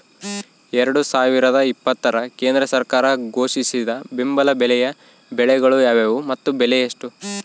ಎರಡು ಸಾವಿರದ ಇಪ್ಪತ್ತರ ಕೇಂದ್ರ ಸರ್ಕಾರ ಘೋಷಿಸಿದ ಬೆಂಬಲ ಬೆಲೆಯ ಬೆಳೆಗಳು ಯಾವುವು ಮತ್ತು ಬೆಲೆ ಎಷ್ಟು?